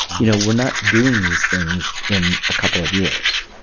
you know, we're not doing these things in a couple of years.